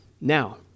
Now